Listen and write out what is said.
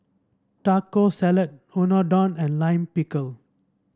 Taco Salad Unadon and Lime Pickle